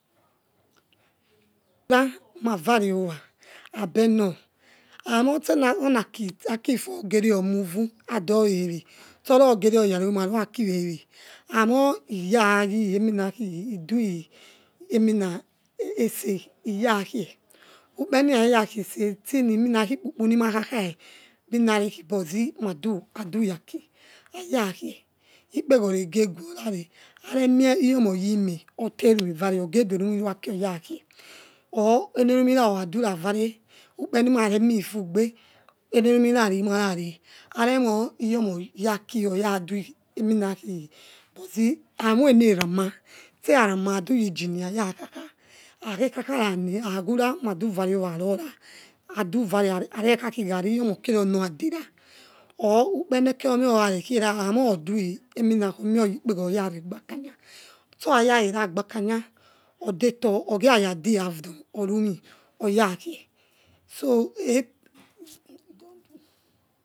Pa havarieowa mabenor ha mosena re naki sakifu ogerior mode u adowewe stora ogeri oyaro maruakiwewe amore ha iyari eminaki idue ese iyakie ukpere ni rare rakhiese stuikpupu ni makhakhai eminare ibuzi madu haduyaki mayakie ikpeghore egeguo rare hare mie iyoma oyime ate romi vare ogeduerumi yaki rakha orene rumira okha durakare ukperenima rare mifu obe enerunura ri merare are mo iyoma oyaki radu enunakhe buzi hamoi enerama ste rera ma aduyi iginini yakhakha hakakhe kha khara ne awura aduvare oma arora aduvare arekhaki garri iyoma or kerionora dera or ukpere nekeriome orarekiera amie ordu omioya ikpegoro oyara gba kanya sora rekhagba kanya odetor orare du half done arumi arakie so eh.